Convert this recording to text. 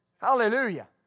Hallelujah